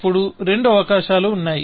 అప్పుడు రెండు అవకాశాలు ఉన్నాయి